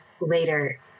later